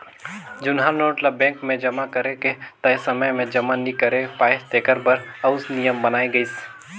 जुनहा नोट ल बेंक मे जमा करे के तय समे में जमा नी करे पाए तेकर बर आउ नियम बनाय गिस